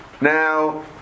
Now